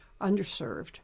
underserved